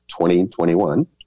2021